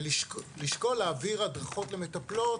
ולשקול להעביר הדרכות למטפלות